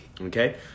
okay